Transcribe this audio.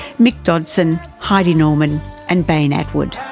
mick dodson, heidi norman and bain attwood.